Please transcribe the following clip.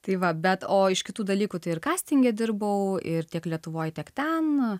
tai va bet o iš kitų dalykų tai ir kastinge dirbau ir tiek lietuvoj tiek ten